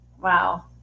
Wow